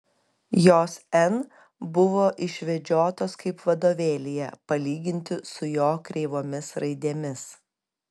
jos n buvo išvedžiotos kaip vadovėlyje palyginti su jo kreivomis raidėmis